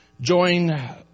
join